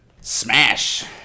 Smash